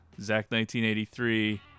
Zach1983